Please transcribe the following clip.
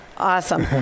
Awesome